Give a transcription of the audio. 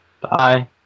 bye